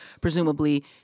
Presumably